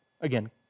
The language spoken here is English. Again